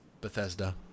Bethesda